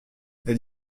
elle